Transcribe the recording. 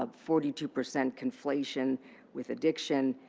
um forty two percent conflation with addiction,